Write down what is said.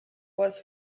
was